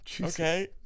okay